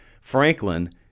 Franklin